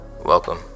Welcome